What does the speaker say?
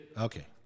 Okay